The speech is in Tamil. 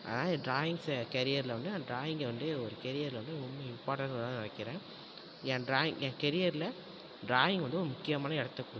அதனால் ட்ராயிங்ஸை கெரியரில் வந்து நான் ட்ராயிங்கை வந்து ஒரு கெரியரில் வந்து ரொம்ப இம்பார்ட்டண்ட்டாக தான் நான் வைக்கிறேன் என் ட்ராயிங் என் கெரியரில் ட்ராயிங் வந்து ஒரு முக்கியமான இடத்தை குறிக்குது